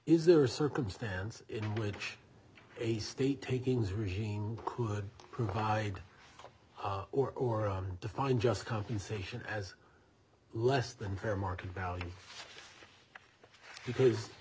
is there are circumstances in which a state takings regime could provide or or on define just compensation has less than fair market value because